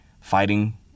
fighting